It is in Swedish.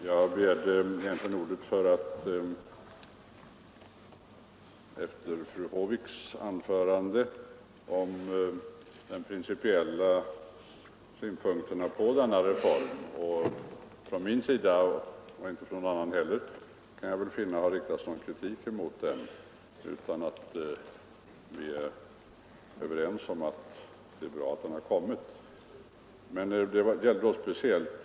Herr talman! Jag begärde ordet med anledning av vad fru Håvik sade om de principiella synpunkterna på denna reform. Jag har inte — och efter vad jag kan finna har inte någon annan heller — riktat någon kritik mot reformen, utan vi är överens om att det är bra att den har kommit. Den kan dock bli bättre.